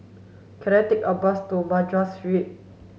can I take a bus to Madras Street